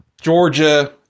Georgia